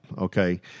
Okay